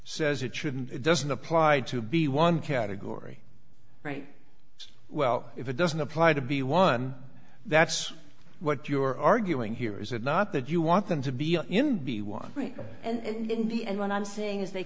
says it shouldn't it doesn't apply to be one category right it's well if it doesn't apply to be one that's what you're arguing here is it not that you want them to be in be one right and when i'm saying is they